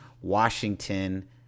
Washington